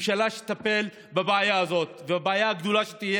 ממשלה שתטפל בבעיה הזאת ובבעיה הגדולה שתהיה,